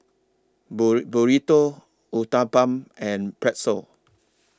Burrito Uthapam and Pretzel